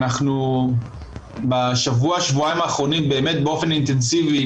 אנחנו בשבוע-שבועיים האחרונים באמת באופן אינטנסיבי